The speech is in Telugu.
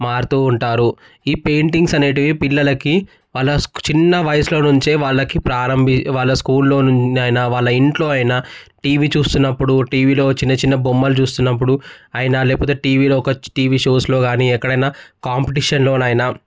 మారుతూ ఉంటారు ఈ పెయింటింగ్స్ అనేటివి పిల్లలకి వాళ్ల చిన్న వయసులో నుంచే వాళ్ళకి ప్రారంభ వాళ్ల స్కూల్లోనుండైన వాళ్ల ఇంట్లో అయినా టీవి చూస్తున్నప్పుడు టీవీలో చిన్న చిన్న బొమ్మలు చూస్తున్నప్పుడు అయిన ఒక టీవీ టీవీ షోస్లో కాని ఎక్కడైనా కాంపిటిషన్లోనైనా